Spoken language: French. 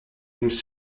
nous